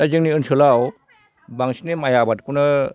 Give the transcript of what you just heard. दा जोंनि ओनसोलाव बांसिनै माइ आबादखौनो